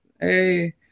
Hey